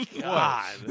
God